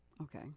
Okay